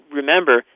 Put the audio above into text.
remember